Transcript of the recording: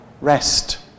rest